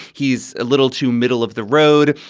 he's a little too middle of the road.